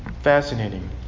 fascinating